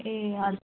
ए हजुर